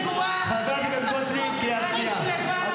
חברת הכנסת גוטליב, קריאה שנייה.